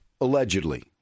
Allegedly